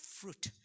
fruit